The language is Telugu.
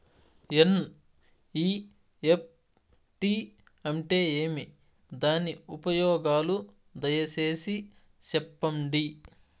ఎన్.ఇ.ఎఫ్.టి అంటే ఏమి? దాని ఉపయోగాలు దయసేసి సెప్పండి?